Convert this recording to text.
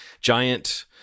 giant